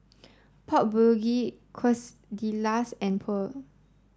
Pork Bulgogi Quesadillas and Pho